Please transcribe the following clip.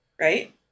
right